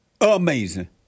Amazing